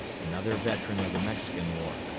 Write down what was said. another veteran of the mexican war.